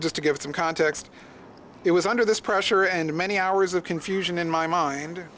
just to give some context it was under this pressure and many hours of confusion in my mind